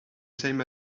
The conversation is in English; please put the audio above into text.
same